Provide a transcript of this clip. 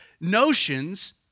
notions